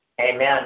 Amen